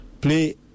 play